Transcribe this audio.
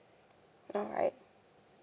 alright